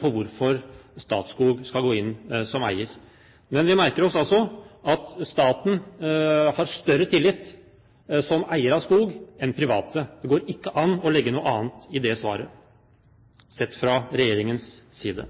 på hvorfor Statskog skal gå inn som eier. Men vi merker oss altså at staten som eier av skog har større tillit enn private. Det går ikke an å legge noe annet i det svaret, sett fra regjeringens side.